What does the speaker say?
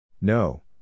No